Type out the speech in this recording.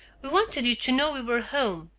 we wanted you to know we were home.